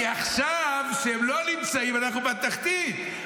כי עכשיו כשהם לא נמצאים אנחנו בתחתית,